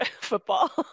football